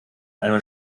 eine